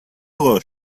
آقا